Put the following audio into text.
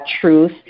truth